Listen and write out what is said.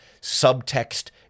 subtext